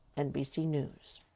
nbc news.